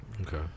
Okay